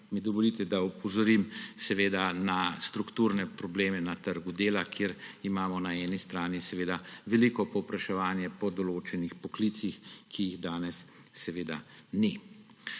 mi dovolite, da opozorim na strukturne probleme na trgu dela, kjer imamo na eni strani veliko povpraševanje po določenih poklicih, ki jih danes ni.